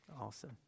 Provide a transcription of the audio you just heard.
Awesome